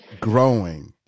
growing